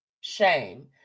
shame